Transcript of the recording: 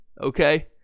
Okay